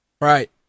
Right